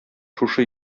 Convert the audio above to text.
шушы